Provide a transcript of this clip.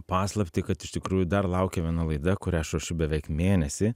paslaptį kad iš tikrųjų dar laukia viena laida kurią aš ruošiu beveik mėnesį